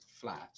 flat